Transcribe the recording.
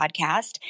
Podcast